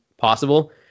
possible